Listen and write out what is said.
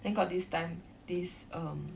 then got this time this um